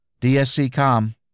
DSC-COM